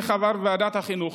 כחבר ועדת החינוך,